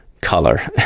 color